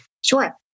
Sure